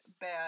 bad